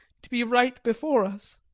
to be right before us